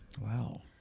Wow